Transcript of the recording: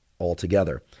altogether